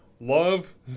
Love